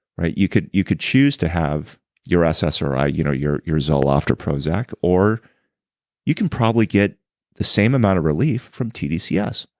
you could you could choose to have your ssri, you know your your zoloft or prozac, or you can probably get the same amount of relief from tdcs.